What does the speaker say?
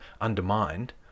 undermined